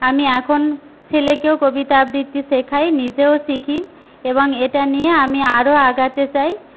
আমি এখন ছেলেকেও কবিতা আবৃত্তি শেখাই নিজেও শিখি এবং এটা নিয়ে আমি আরও আগাতে চাই